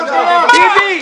--- טיבי,